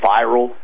viral